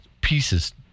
pieces